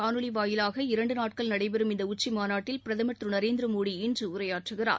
காணொலி வாயிலாக இரண்டு நாட்கள் நடைபெறும் இந்த உச்சி மாநாட்டில் பிரதமர் திரு நரேந்திர மோடி இன்று உரையாற்றுகிறார்